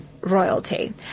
royalty